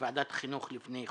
בוועדת החינוך לפני חודש.